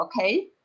okay